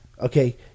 Okay